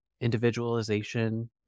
individualization